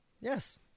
Yes